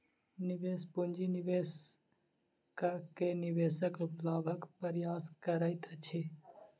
निवेश पूंजी निवेश कअ के निवेशक लाभक प्रयास करैत अछि